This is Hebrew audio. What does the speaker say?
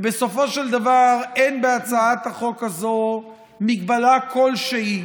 ובסופו של דבר, אין בהצעת החוק הזו הגבלה כלשהי